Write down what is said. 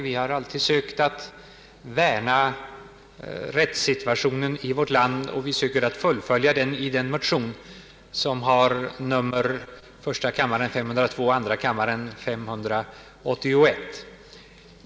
Vi har alltid sökt värna rättssituationen i vårt land, och vi söker fullfölja detta i motionerna 1: 502 och II: 581.